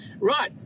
right